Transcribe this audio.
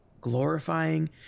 glorifying